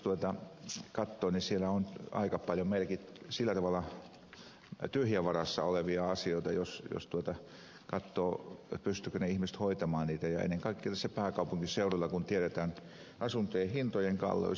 minä väitän että asuntoluottopuolella on aika paljon meilläkin sillä tavalla tyhjän varassa olevia asioita jos katsoo pystyvätkö ihmiset hoitamaan niitä lainoja ja ennen kaikkea tässä pääkaupunkiseudulla kun tiedetään asuntojen hintojen kalleus